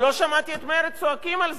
לא שמעתי את מרצ צועקים על זה,